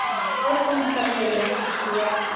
हँ आओर कोनो सब्जी अरी रखैत छियै